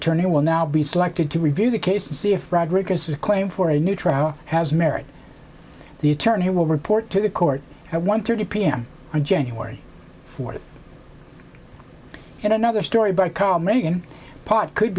tourney will now be selected to review the case and see if there's a claim for a new trial has merit the attorney will report to the court at one thirty p m on january fourth and another story by car making pot could